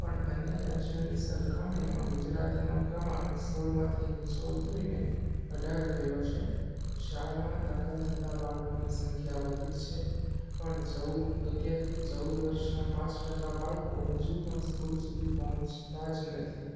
પણ અન્ય રાજ્યોની સરખામણીમાં ગુજરાતનો ક્રમાંક સોળમાંથી નીચો ઉતરીને અઢાર થયો છે શાળામાં દાખલ થતાં બાળકોની સંખ્યા વધી છે પણ ચૌદ અગિયારથી ચૌદ વર્ષનાં પાંચ ટકા બાળકો હજુ પણ સ્કૂલ સુધી પહોંચતા જ નથી